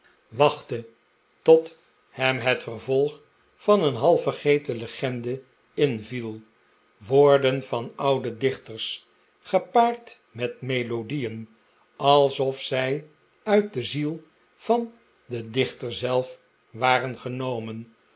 wachtte tot hem het vervolg van een half vergeten legende inviel woorden van oude dichters gepaard met melodieen alsof zij uit de ziel van den dichter zelf waren genomen